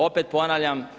Opet ponavljam.